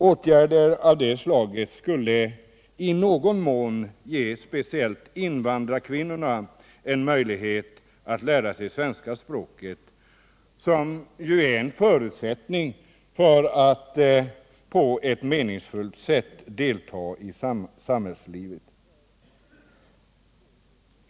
Åtgärder av det slaget skulle i någon mån ge speciellt invandrarkvinnorna en möjlighet att lära sig svenska språket, vilket är en förutsättning för att på ett meningsfullt sätt kunna delta i samhällslivet.